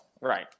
Right